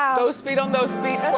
um those feet on those